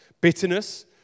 Bitterness